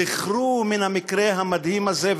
זכרו מן המקרה המדהים הזה,